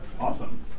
awesome